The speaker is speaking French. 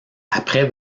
après